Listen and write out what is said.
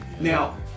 now